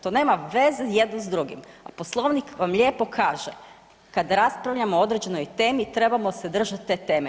To nema veze jedno s drugim, a Poslovnik vam lijepo kaže, kad raspravljamo o određenoj temi, trebamo se držati te teme.